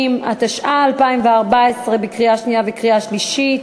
160), התשע"ה 2014, קריאה שנייה וקריאה שלישית.